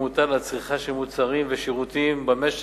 ומוטל על צריכה של מוצרים ושירותים במשק,